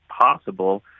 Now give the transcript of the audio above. possible